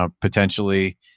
potentially